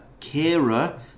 Kira